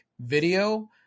video